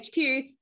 HQ